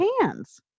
hands